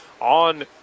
on